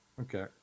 Okay